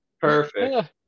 perfect